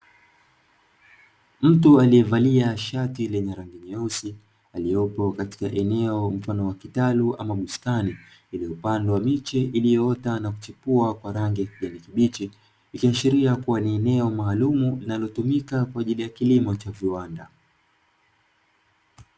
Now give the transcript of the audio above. Mtu aliyevalia shati lenye rangi nyeusi, aliyepo katika eneo mfano wa kitalu ama bustani. Lililopandwa miche iliyoota na kuchipua kwa rangi ya kijani kibichi. Ikiashiria kuwa ni eneo maalumu linalotumika kwa ajili ya kilimo cha viwanda.